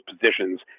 positions